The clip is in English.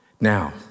Now